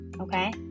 okay